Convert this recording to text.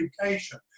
education